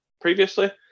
previously